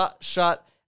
shut